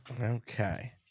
Okay